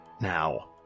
Now